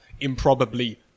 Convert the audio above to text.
improbably